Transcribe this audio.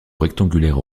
rectangulaires